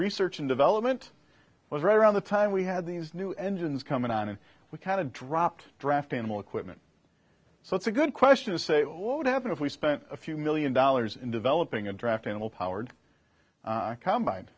research and development was right around the time we had these new engines coming on and we kind of dropped draft animal equipment so it's a good question to say what would happen if we spent a few million dollars in developing a draft animal powered combine